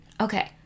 Okay